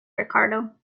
ricardo